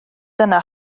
dyna